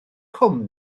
cwm